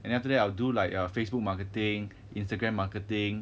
and then after that I'll do like err facebook marketing instagram marketing